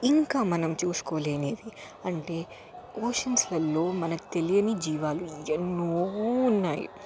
ఇంకా మనం చూసుకోలేనివి అంటే ఓషన్స్లలో మనకి తెలియని జీవాలు ఎన్నో ఉన్నాయి